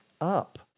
up